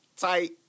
tight